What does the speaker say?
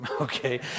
Okay